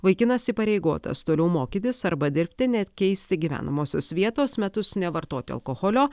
vaikinas įpareigotas toliau mokytis arba dirbti nekeisti gyvenamosios vietos metus nevartoti alkoholio